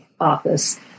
office